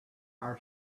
our